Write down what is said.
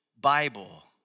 Bible